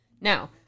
Now